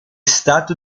stato